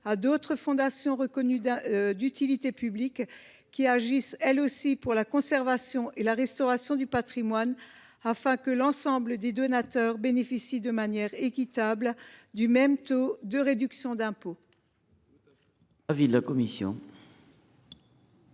d’autres fondations reconnues d’utilité publique (FRUP) qui agissent elles aussi pour la conservation et la restauration du patrimoine, afin que l’ensemble des donateurs bénéficient de manière équitable du même taux de réduction d’impôt.